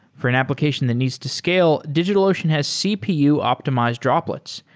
for an application that needs to scale, digitalocean has cpu optimized droplets,